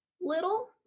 little